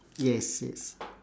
yes yes